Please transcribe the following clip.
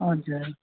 हजुर